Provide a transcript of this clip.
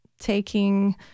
taking